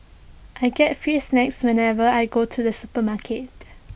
I get free snacks whenever I go to the supermarket